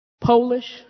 Polish